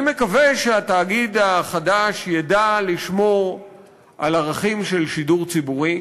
אני מקווה שהתאגיד החדש ידע לשמור על ערכים של שידור ציבורי.